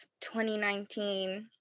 2019